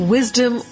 Wisdom